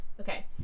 Okay